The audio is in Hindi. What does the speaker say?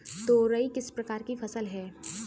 तोरई किस प्रकार की फसल है?